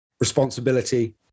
responsibility